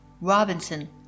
Robinson